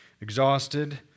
exhausted